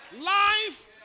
life